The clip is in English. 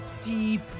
deep